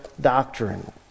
doctrine